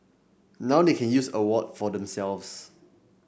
now they can use award for themselves